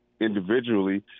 individually